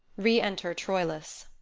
re-enter troilus